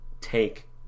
take